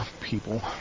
people